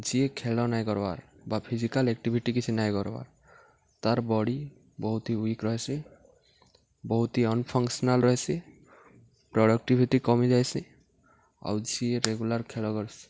ଯିଏ ଖେଳ ନାଇଁ କର୍ବାର୍ ବା ଫିଜିକାଲ୍ ଏକ୍ଟିଭିଟି କିଛି ନାଇଁ କର୍ବାର୍ ତାର୍ ବଡ଼ି ବହୁତ୍ ହି ୱିକ୍ ରହେସି ବହୁତ ହି ଅନ୍ଫଙ୍କ୍ସନାଲ୍ ରହେସି ପ୍ରଡ଼କ୍ଟିଭିଟି କମି ଯାଏସି ଆଉ ଯିଏ ରେଗୁଲାର୍ ଖେଳ କର୍ସି